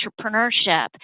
entrepreneurship